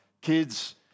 kids